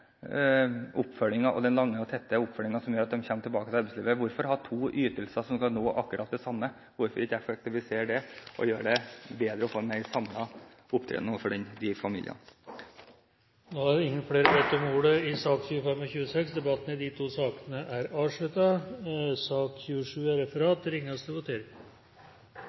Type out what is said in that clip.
de får den individuelle oppfølgingen, den lange og tette oppfølgingen som gjør at de kommer tilbake til arbeidslivet? Hvorfor ha to ytelser som skal nå akkurat det samme, hvorfor ikke effektivisere det, gjøre det bedre og få en mer samlet opptreden overfor de familiene? Flere har ikke bedt om ordet til sakene nr. 25 og 26. Da er Stortinget klar til å gå til votering